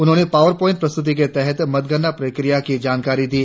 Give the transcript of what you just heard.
उन्होंने power point प्रस्तुती के तहत मतगणना प्रक्रिया की जानकारी दी